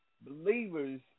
believers